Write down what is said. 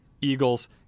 Eagles